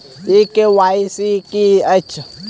ई KYC की अछि?